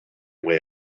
way